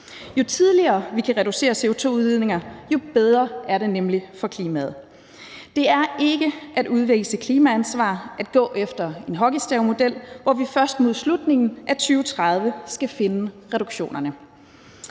Jo tidligere, vi kan reducere CO2-udledninger, jo bedre er det nemlig for klimaet. Det er ikke at udvise klimaansvar at gå efter en hockeystavmodel, hvor vi først mod slutningen af 2030 skal finde reduktionerne,